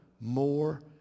more